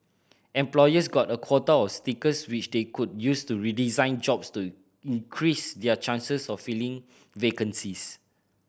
employers got a quota of stickers which they could use to redesign jobs to increase their chances of filling vacancies